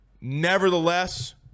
Nevertheless